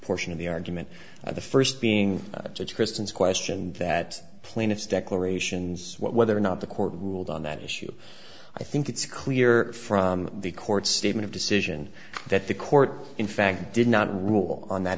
portion of the argument of the first being judge kristen's question that plaintiff's declarations whether or not the court ruled on that issue i think it's clear from the court's statement of decision that the court in fact did not rule on that